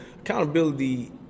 accountability